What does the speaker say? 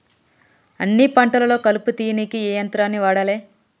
అన్ని పంటలలో కలుపు తీయనీకి ఏ యంత్రాన్ని వాడాలే?